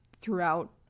throughout